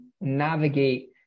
navigate